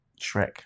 Shrek